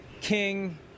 king